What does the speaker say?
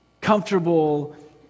comfortable